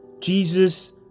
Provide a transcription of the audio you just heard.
Jesus